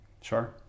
Sure